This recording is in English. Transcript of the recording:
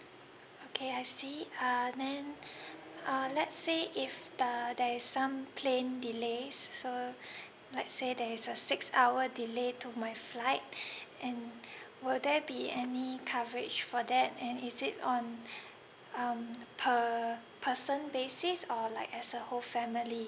okay I see uh then uh let say if the there is some plane delay so let say there is a six hour delay to my flight and will there be any coverage for that and is it on um per person basis or like as a whole family